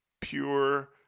pure